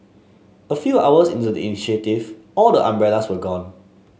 a few hours into the initiative all the umbrellas were gone